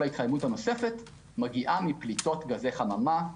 כל ההתחממות הנוספת מגיעה מפליטות גזי חממה,